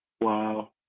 Wow